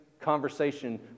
conversation